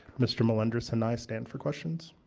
mr. melenders and i stand for questions.